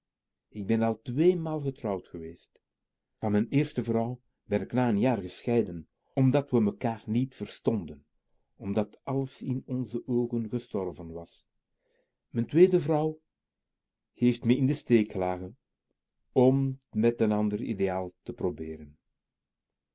ik ben al twéémaal getrouwd geweest van m'n eerste vrouw ben k na n jaar gescheiden omdat we mekaar niet verstonden omdat alles in onze oogen gestorven was m'n tweede vrouw heeft me in den steek gelaten om t met n ander ideaal te probeeren